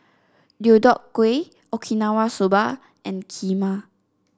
Deodeok Gui Okinawa Soba and Kheema